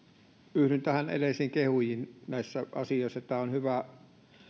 yhdyn näihin edellisiin kehujiin näissä asioissa tämä on hyvä